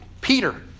Peter